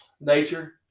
nature